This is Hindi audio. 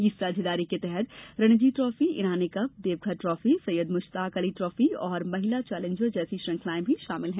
इस साझेदारी के तहत Ranji trophy Irani cup Deodhar trophy Syed Mushtaq Ali trophy और महिला चैलेंजर जैसी श्रृंखलाएं भी शामिल है